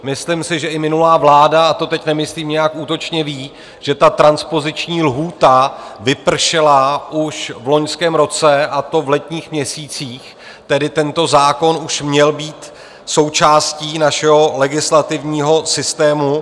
Myslím si, že i minulá vláda, a to teď nemyslím nijak útočně, ví, že transpoziční lhůta vypršela už v loňském roce, a to v letních měsících, tedy tento zákon již měl být součástí našeho legislativního systému.